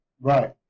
Right